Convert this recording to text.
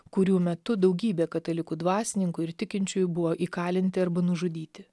kurių metu daugybė katalikų dvasininkų ir tikinčiųjų buvo įkalinti arba nužudyti